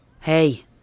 Hey